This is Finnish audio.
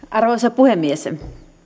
arvoisa puhemies